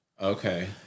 Okay